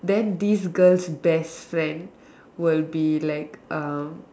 then this girl's best friend will be like uh